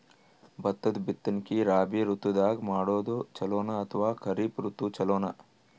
ಭತ್ತದ ಬಿತ್ತನಕಿ ರಾಬಿ ಋತು ದಾಗ ಮಾಡೋದು ಚಲೋನ ಅಥವಾ ಖರೀಫ್ ಋತು ಚಲೋನ?